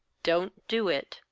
don't do it!